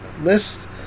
list